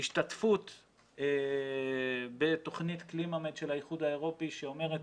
השתתפות בתוכנית Clima-Med של האיחוד האירופי שאומרת,